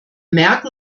merken